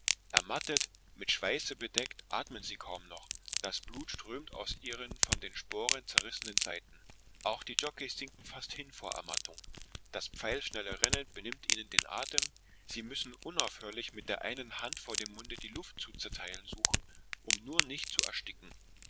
ermattet mit schweiße bedeckt atmen sie kaum noch das blut strömt aus ihren von den sporen zerrissenen seiten auch die jockeis sinken fast hin vor ermattung das pfeilschnelle reiten benimmt ihnen den atem sie müssen unaufhörlich mit der einen hand vor dem munde die luft zu zerteilen suchen um nur nicht zu ersticken